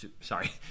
Sorry